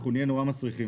אנחנו נהיה נורא מסריחים.